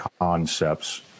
concepts